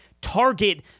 target